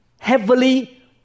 Heavily